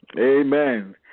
Amen